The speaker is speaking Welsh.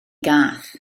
gath